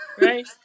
Right